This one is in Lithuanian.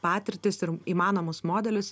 patirtis ir įmanomus modelius